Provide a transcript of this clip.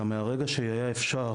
אלא מהרגע שהיה אפשר